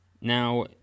now